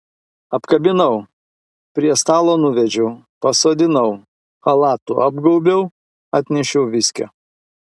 apkabinau prie stalo nuvedžiau pasodinau chalatu apgaubiau atnešiau viskio